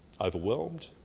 overwhelmed